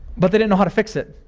but they didn't know how to fix it.